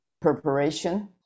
preparation